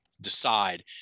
Decide